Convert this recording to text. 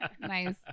Nice